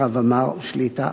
הרב עמאר שליט"א,